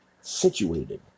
situated